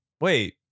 Wait